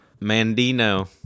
Mandino